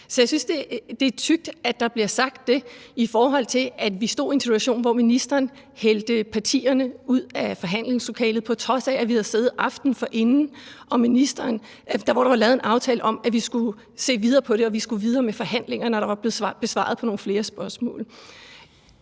det er tykt, at det bliver sagt. Det skal ses, i forhold til at vi stod i en situation, hvor ministeren hældte partierne ud af forhandlingslokalet, på trods af at vi havde siddet aftenen forinden, hvor der blev lavet en aftale om, at vi skulle se videre på det, at vi skulle videre med forhandlingerne, når der var blevet besvaret nogle flere spørgsmål.